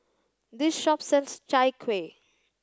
this shop sells Chai Kuih